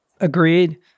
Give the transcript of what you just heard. agreed